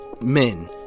men